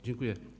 Dziękuję.